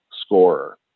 scorer